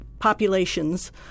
populations